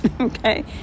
okay